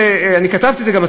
אני כתבתי את זה גם,